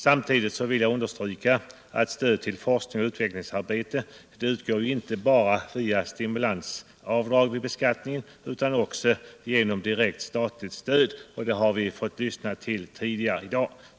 Samtidigt vill jag understryka att stöd till forskning och utvecklingsarbete utgår inte bara via stimulansavdrag vid beskattning utan också genom direkt statligt stöd. Detta har vi fått lyssna till tidigare i dag.